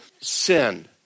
sin